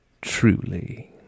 Truly